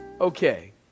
Okay